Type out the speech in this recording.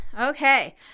Okay